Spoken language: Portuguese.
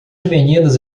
meninas